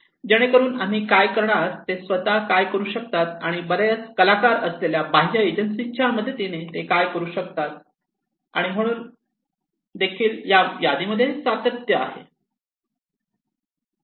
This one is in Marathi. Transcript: जेणेकरून आम्ही काय करणार ते स्वतः काय करू शकतात आणि बरेच कलाकार असलेल्या बाह्य एजन्सींच्या मदतीने ते काय करु शकतात आणि म्हणून देखील या यादीमध्ये सातत्य आहे